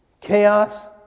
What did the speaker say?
chaos